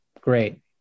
Great